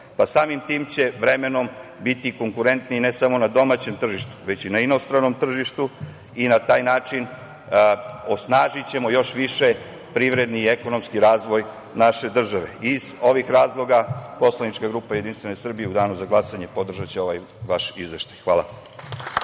pa samim tim će vremenom biti konkurentni ne samo na domaćem tržištu, već i na inostranom tržištu i na taj način osnažićemo još više privredni i ekonomski razvoj naše države. Iz ovih razloga poslanička grupa Jedinstvena Srbija u danu za glasanje podržaće ovaj vaš izveštaj. Hvala.